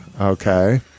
Okay